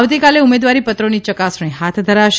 આવતીકાલે ઉમેદવારીપત્રોની ચકાસણી હાથ ધરાશે